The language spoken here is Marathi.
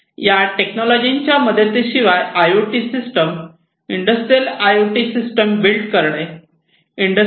या टेक्नॉलॉजी च्या मदती शिवाय I O T system industrial I O T system build करणे इंडस्ट्री 4